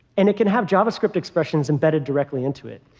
and it can have javascript expressions embedded directly into it.